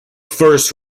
first